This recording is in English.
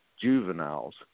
juveniles